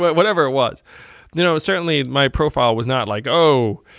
but whatever it was. you know, certainly, my profile was not like, oh,